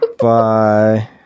Bye